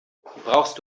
brauchst